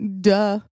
duh